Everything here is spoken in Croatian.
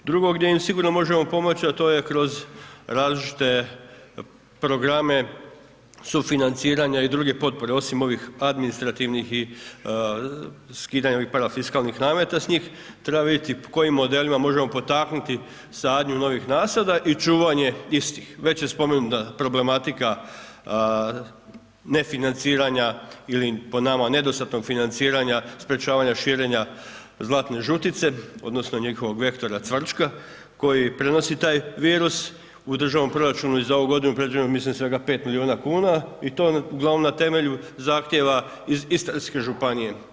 Drugo gdje im sigurno možemo pomoći, a to je kroz različite programe sufinanciranja i druge potpore, osim ovih administrativnih i skidanja ovih parafiskalnih nameta s njih, treba vidjeti kojim modelima možemo potaknuti sadnju novih nasada i čuvanje istih, već je spomenuta problematika nefinanciranja ili po nama nedostatnog financiranja, sprečavanja širenja zlatne žutice odnosno njihovog vektora cvrčka, koji prenosi taj virus, u državnom proračunu je za ovu godinu predviđeno mislim svega 5 milijuna kuna i to uglavnom na temelju zahtjeva iz Istarske županije.